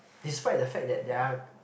despite the fact that there are